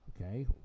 Okay